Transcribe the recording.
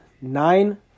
nine